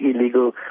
illegal